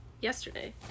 yesterday